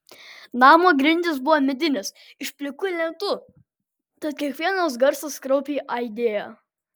namo grindys buvo medinės iš plikų lentų tad kiekvienas garsas kraupiai aidėjo